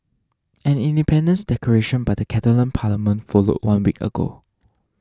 an independence declaration by the Catalan parliament followed one week ago